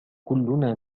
كلنا